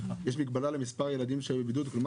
לא,